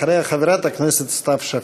אחריה, חברת הכנסת סתיו שפיר.